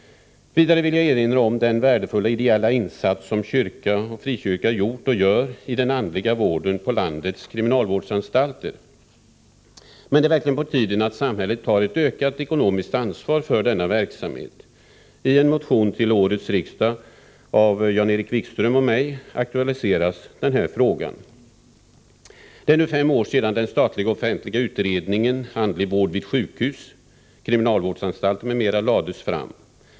Vidare vill jag erinra om den värdefulla ideella insats som kyrka och frikyrka gjort och gör i den andliga vården på landets kriminalvårdsanstalter. Men det är verkligen på tiden att samhället tar ett ökat ekonomiskt ansvar för denna verksamhet. I en motion till årets riksmöte av Jan-Erik Wikström och mig aktualiseras den här frågan. Det är nu fem år sedan den statliga offentliga utredningen, Andlig vård vid sjukhus, kriminalvårdsanstalter m.m., lades fram.